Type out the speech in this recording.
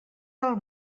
del